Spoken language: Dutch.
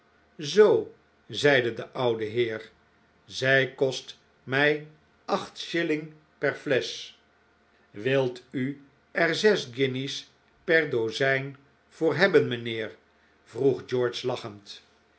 zoo zeide de ouwe heer zij kost mij acht shilling per flesch wilt u er zes guinjes per dozijn voor hebben mijnheer vroeg